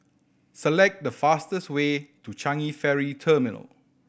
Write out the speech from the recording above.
select the fastest way to Changi Ferry Terminal